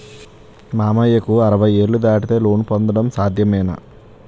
మామయ్యకు అరవై ఏళ్లు దాటితే లోన్ పొందడం సాధ్యమేనా?